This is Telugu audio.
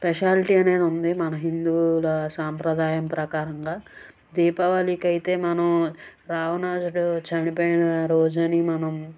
స్పెషలిటీ అనేది ఉంది మన హిందూవుల సాంప్రదాయం ప్రకారంగా దీపావళికి అయితే మనం రావణాసురుడు చనిపోయిన రోజు అని మనం